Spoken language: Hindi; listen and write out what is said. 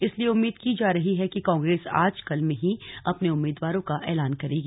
इसलिए उम्मीद की जा रही है कि कांग्रेस आज कल में ही अपने उम्मीदवारों का एलान करेगी